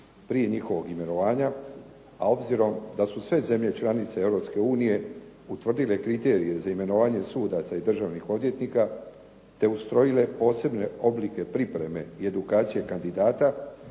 prije njihovog imenovanja, a obzirom da su sve zemlje članice Europske unije utvrdile kriterije za imenovanje sudaca i državnih odvjetnika te ustrojile posebne oblike pripreme i edukacije kandidata